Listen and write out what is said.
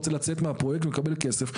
הוא רוצה לצאת מהפרויקט ולקבל כסף.